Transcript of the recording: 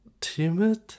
timid